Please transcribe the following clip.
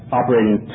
operating